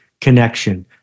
connection